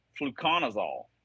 fluconazole